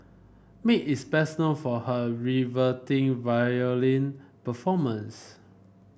Mae is best known for her riveting violin performance